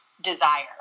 desire